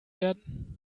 werden